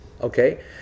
okay